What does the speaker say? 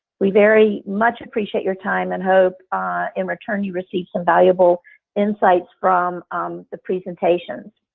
we very much appreciate your time and hope in return you received some valuable insights from the presentations.